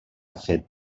fet